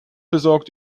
besorgt